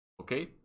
Okay